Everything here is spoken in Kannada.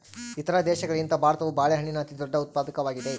ಇತರ ದೇಶಗಳಿಗಿಂತ ಭಾರತವು ಬಾಳೆಹಣ್ಣಿನ ಅತಿದೊಡ್ಡ ಉತ್ಪಾದಕವಾಗಿದೆ